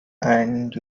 and